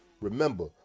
Remember